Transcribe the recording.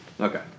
Okay